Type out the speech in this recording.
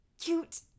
cute